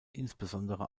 insbesondere